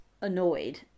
annoyed